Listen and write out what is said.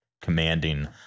commanding